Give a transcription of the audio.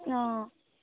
অঁ